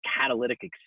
catalytic